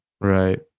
right